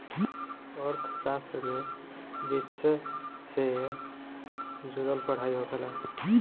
अर्थशास्त्र में वित्तसे से जुड़ल पढ़ाई होखेला